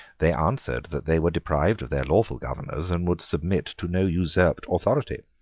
they answered that they were deprived of their lawful governors and would submit to no usurped authority.